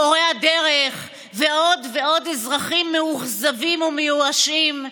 מורי הדרך ועוד ועוד אזרחים מאוכזבים ומיואשים,